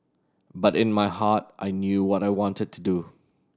but in my heart I knew what I wanted to do